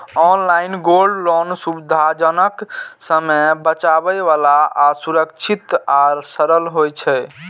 online gold loan सुविधाजनक, समय बचाबै बला आ सुरक्षित आ सरल होइ छै